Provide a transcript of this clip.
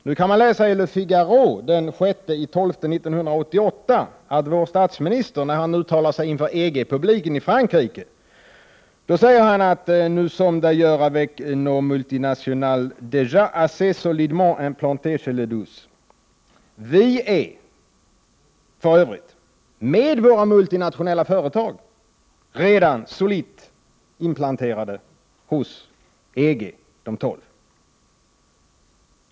Nu kan man läsa i Le Figaro den 6 december 1988 vad vår statsminister, när han uttalade sig inför EG-publiken i Frankrike, sade: ”Nous sommes d'ailleurs, avec nos multinationales, déjå assez solidement implantés chez les Douze.” Alltså: Vi är för övrigt med våra multinationella företag redan solitt inplanterade hos EG, de tolv.